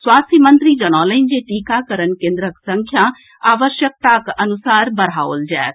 स्वास्थ्य मंत्री जनौलनि जे टीकाकरण केन्द्रक संख्या आवश्यकताक अनुसार बढ़ाओल जायत